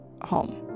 home